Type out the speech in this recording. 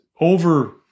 over